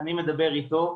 אני מדבר איתו,